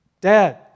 Dad